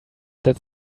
that